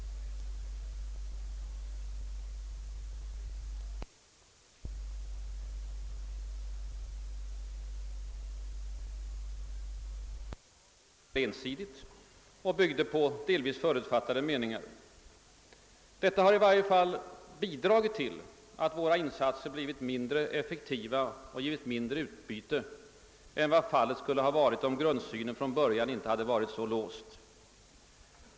1962 års riksdagsbeslut var enligt min mening på många punkter ensidigt, och det byggde delvis på förutfattade meningar. Detta har i varje fall bidragit till att våra insatser blivit mindre effektiva och givit mindre utbyte än vad fallet skulle ha varit om grundsynen inte från början hade varit så låst.